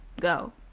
go